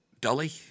dolly